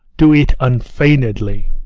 do it unfeignedly.